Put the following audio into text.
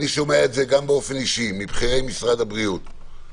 אני שומע גם אישית מבכירי משרד הבריאות,